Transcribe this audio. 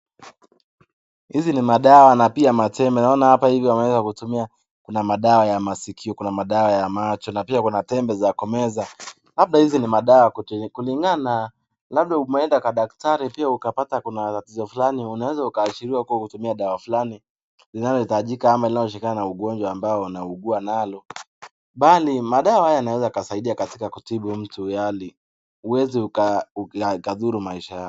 Hizi ni madawa napia matembe naona hapa ivi wanaweza kutumia ivi, kuna madawa ya masikio kuna madawa ya macho napia kuna tembe za kumeza. Labda hizi ni madawa zakutumia kulingana na labda umeenda kwa daktari pia ukapata uko na tatizo fulani unaeza ukaashiriwa kuwa kutumia dawa fulani inayo hitajika ama inayo shikana na ugonjwa ambao unao uguwa nalo. Mbaali madawa haya yanaweza kuasidia katika kutibu mtu ilihali uweze ukadhuru maisha yako.